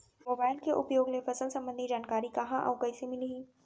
Mobile के उपयोग ले फसल सम्बन्धी जानकारी कहाँ अऊ कइसे मिलही?